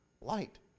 light